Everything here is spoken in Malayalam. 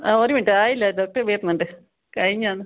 ആ ഒരു മിനിറ്റ് ആയില്ലേ ഡോക്ടർ വരുന്നുണ്ട് കഴിഞ്ഞ